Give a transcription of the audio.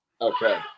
Okay